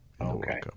Okay